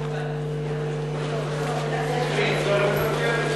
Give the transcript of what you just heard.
חוק ומשפט של הכנסת.